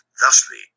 thusly